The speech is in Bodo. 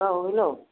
औ हेल'